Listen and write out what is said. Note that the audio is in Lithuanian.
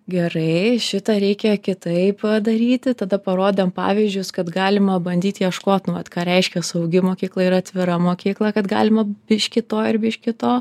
gerai šitą reikia kitaip daryti tada parodėm pavyzdžius kad galima bandyt ieškot nu vat ką reiškia saugi mokykla ir atvira mokykla kad galima biškį to ir biškį to